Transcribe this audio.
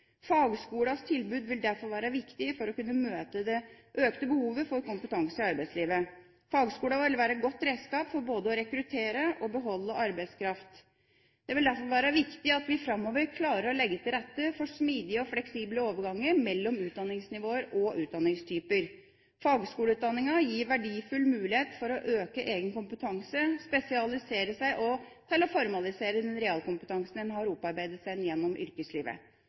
tilbud vil derfor være viktig for å kunne møte det økte behovet for kompetanse i arbeidslivet. Fagskolene vil være et godt redskap for både å rekruttere og å beholde arbeidskraft. Det vil derfor være viktig at vi framover klarer å legge til rette for smidige og fleksible overganger mellom utdanningsnivåer og utdanningstyper. Fagskoleutdanninga gir verdifull mulighet for å øke egen kompetanse, spesialisere seg og formalisere den realkompetansen en har opparbeidet seg gjennom yrkeslivet.